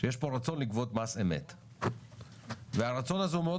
שיש פה רצון לגבות מס אמת והרצון הזה הוא מאוד